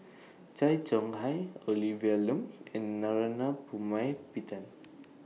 Tay Chong Hai Olivia Lum and Narana Putumaippittan